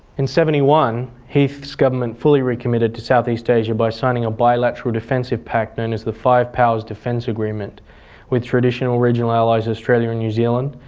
seventy one heath's government fully recommitted to south east asia by signing a bilateral defensive pact known as the five powers defence agreement with traditional regional allies, australia and new zealand,